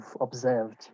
observed